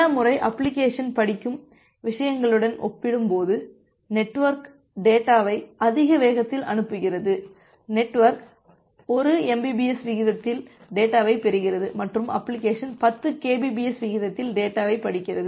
பல முறை அப்ளிகேஷன் படிக்கும் விஷயங்களுடன் ஒப்பிடும்போது நெட்வொர்க் டேட்டாவை அதிக வேகத்தில் அனுப்புகிறது நெட்வொர்க் 1 mbps விகிதத்தில் டேட்டாவைப் பெறுகிறது மற்றும் அப்ளிகேஷன் 10 Kbps விகிதத்தில் டேட்டாவைப் படிக்கிறது